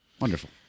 Wonderful